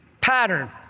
pattern